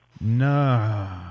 No